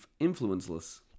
influenceless